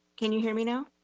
can you hear me now?